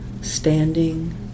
standing